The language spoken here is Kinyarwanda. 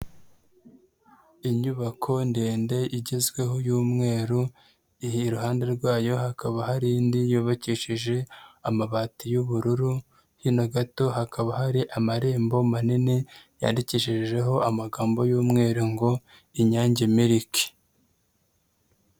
Inyubako ndende igezweho y'umweru iyi iruhande rwayo hakaba hari indi yubakishije amabati y'ubururu hino gato hakaba hari amarembo manini yandikishijeho amagambo y'umweru ngo Inyange miriki.